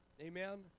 amen